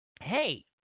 hey